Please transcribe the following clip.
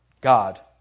God